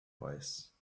voice